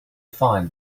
find